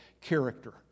character